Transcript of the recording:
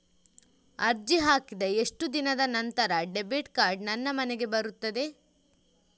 ಅರ್ಜಿ ಹಾಕಿದ ಎಷ್ಟು ದಿನದ ನಂತರ ಡೆಬಿಟ್ ಕಾರ್ಡ್ ನನ್ನ ಮನೆಗೆ ಬರುತ್ತದೆ?